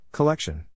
Collection